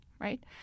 right